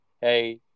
hey